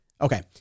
Okay